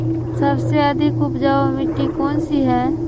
सबसे अधिक उपजाऊ मिट्टी कौन सी हैं?